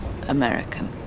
American